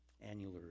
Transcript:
annular